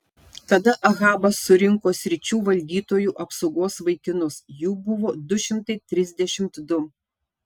tada ahabas surinko sričių valdytojų apsaugos vaikinus jų buvo du šimtai trisdešimt du